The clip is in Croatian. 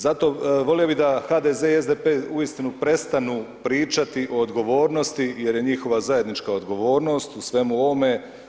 Zato volio bih da HDZ-e i SDP-e uistinu prestanu pričati o odgovornosti jer je njihova zajednička odgovornost u svemu ovome.